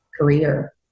career